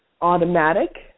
automatic